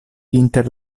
inter